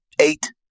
eight